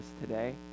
today